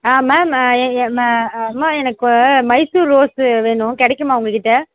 ஆ ma'am அம்மா எனக்கு Mysore rose வேணும் கிடைக்குமா உங்கக்கிட்டே